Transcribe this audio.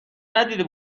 ندیده